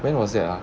when was that ah